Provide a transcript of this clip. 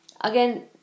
Again